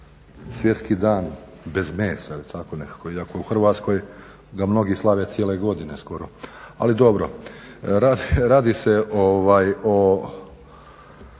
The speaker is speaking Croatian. Svjetski dan bez mesa ili tako nekako, iako u Hrvatskoj ga mnogi slave cijele godine skoro, ali dobro. Radi se o,